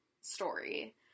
story